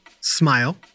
smile